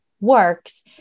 works